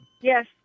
Yes